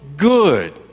good